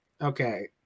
Okay